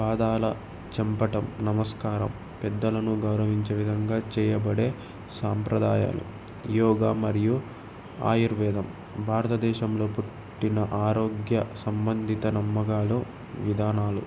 పాదాల చంపటం నమస్కారం పెద్దలను గౌరవించే విధంగా చేయబడే సాంప్రదాయాలు యోగ మరియు ఆయుర్వేదం భారతదేశంలో పుట్టిన ఆరోగ్య సంబంధిత నమ్మకాలు విధానాలు